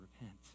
repent